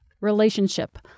relationship